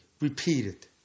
repeated